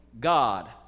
God